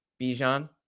Bijan